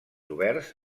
oberts